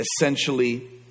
essentially